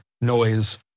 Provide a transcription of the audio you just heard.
noise